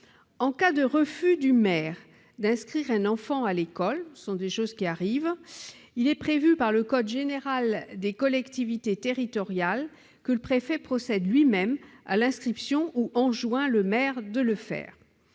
En cas de refus du maire d'inscrire un enfant à l'école -ce sont des choses qui arrivent -, le code général des collectivités territoriales prévoit que le préfet procède lui-même à l'inscription ou enjoigne au maire de le faire.